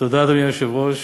אדוני היושב-ראש,